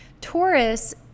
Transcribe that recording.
Taurus